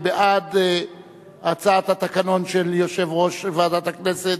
מי בעד הצעת תיקון התקנון של יושב-ראש ועדת הכנסת?